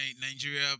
Nigeria